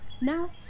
Now